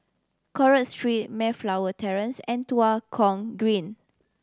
Crawford Street Mayflower Terrace and Tua Kong Green